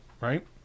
right